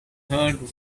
heard